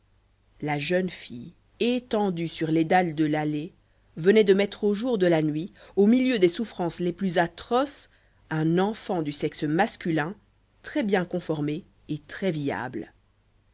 la jeune fille étendue sur les dalles de l'allée venait de mettre au jour de la nuit au milieu des souffrances les plus atroces un enfant du sexe masculin très bien conformé et très viable